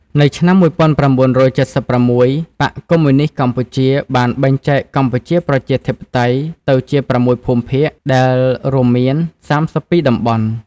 នៅឆ្នាំ១៩៧៦ បក្សកុម្មុយនីស្តកម្ពុជាបានបែងចែកកម្ពុជាប្រជាធិបតេយ្យទៅជា៦ភូមិភាគ ដែលរួមមាន ៣២តំបន់។